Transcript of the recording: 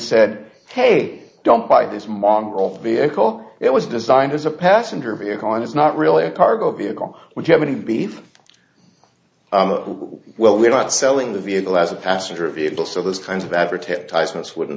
said hey don't buy this mom off vehicle it was designed as a passenger vehicle and it's not really a cargo vehicle would you have any beef well we're not selling the vehicle as a passenger vehicle so those kinds of advertisements wouldn't